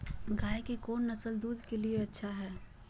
गाय के कौन नसल दूध के लिए अच्छा है?